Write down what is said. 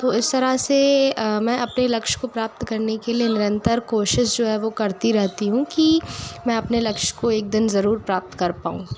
तो इस तरा से मैं अपने लक्ष्य को प्राप्त करने के लिए निरंतर कोशिश जो है वो करती रहती हूँ कि मैं अपने लक्ष्य को एक दिन ज़रूर प्राप्त कर पाऊँ